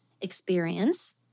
experience